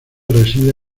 reside